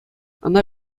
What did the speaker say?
ӑна